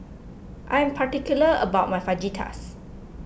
I'm particular about my Fajitas